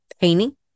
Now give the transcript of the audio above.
painting